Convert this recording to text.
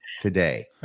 today